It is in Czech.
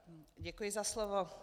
Děkuji za slovo.